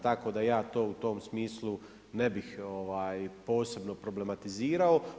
Tako da ja to u tom smislu ne bih posebno problematizirao.